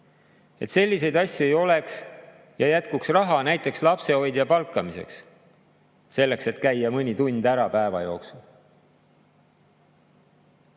Et selliseid asju ei oleks ja jätkuks raha näiteks lapsehoidja palkamiseks, selleks et käia mõni tund ära päeva jooksul,